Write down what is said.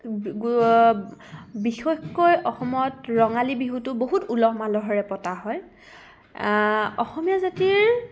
বিশেষকৈ অসমত ৰঙালী বিহুটো বহুত উলহ মালহেৰে পতা হয় অসমীয়া জাতিৰ